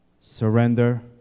surrender